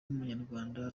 umunyarwanda